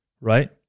right